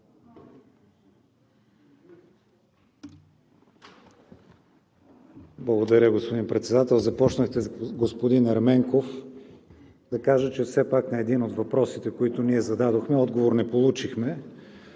Благодаря, господин Председател. Започнахте с господин Ерменков. Да кажа, че все пак на един от въпросите, които ние зададохме, отговор не получихме.